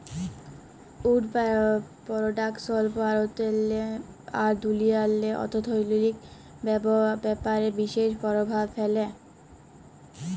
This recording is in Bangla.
উড পরডাকশল ভারতেল্লে আর দুনিয়াল্লে অথ্থলৈতিক ব্যাপারে বিশেষ পরভাব ফ্যালে